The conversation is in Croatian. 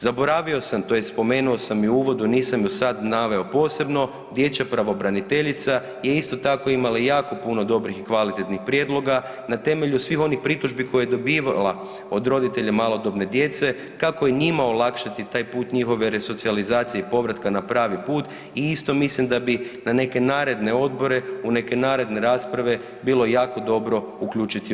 Zaboravio sam, tj. spomenuo sam i u uvodu nisam do sad naveo posebno dječja pravobraniteljica je isto tako imala jako puno dobrih i kvalitetnih prijedloga na temelju svih onih pritužbi koje je dobivala od roditelja malodobne djece kako i njima olakšati taj put njihove resocijalizacije i povratka na pravi put i isto mislim da bi na neke naredne odredbe u neke naredne rasprave bilo jako dobro uključiti nju.